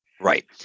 Right